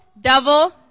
double